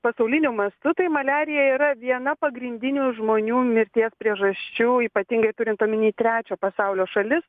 pasauliniu mastu tai maliarija yra viena pagrindinių žmonių mirties priežasčių ypatingai turint omeny trečio pasaulio šalis